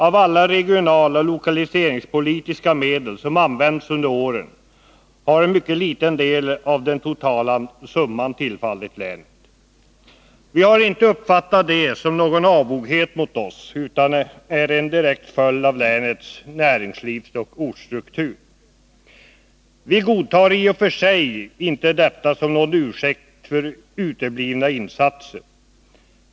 Av alla regionaloch lokaliseringspolitiska medel som använts under åren har en mycket liten del av den totala summan tillfallit länet. Vi har inte uppfattat det som någon avoghet mot oss utan som en direkt följd av länets näringslivsoch ortsstruktur. Vi godtar i och för sig inte detta som någon ursäkt för uteblivna insatser.